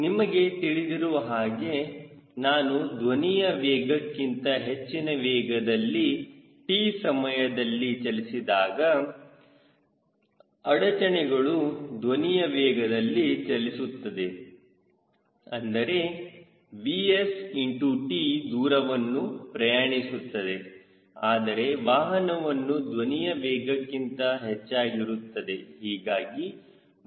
ನಿಮಗೆ ತಿಳಿದಿರುವ ಹಾಗೆ ನಾನು ಧ್ವನಿಯ ವೇಗಕ್ಕಿಂತ ಹೆಚ್ಚಿನ ವೇಗದಲ್ಲಿ t ಸಮಯದಲ್ಲಿ ಚಲಿಸಿದಾಗ ಅಡಚಣೆಗಳು ಧ್ವನಿಯ ವೇಗದಲ್ಲಿ ಚಲಿಸುತ್ತದೆ ಅಂದರೆ Vs t ದೂರವನ್ನು ಪ್ರಯಾಣಿಸುತ್ತದೆ ಆದರೆ ವಾಹನವು ಧ್ವನಿಯ ವೇಗಕ್ಕಿಂತ ಹೆಚ್ಚಾಗಿರುತ್ತದೆ ಹೀಗಾಗಿ ವಾಹನವು ಇಲ್ಲಿರುತ್ತದೆ